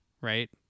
right